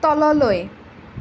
তললৈ